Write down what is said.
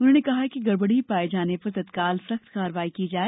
उन्होंने कहा कि गड़बड़ी पाए जाने पर तत्काल सख्त कार्रवाई की जाए